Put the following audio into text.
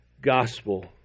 gospel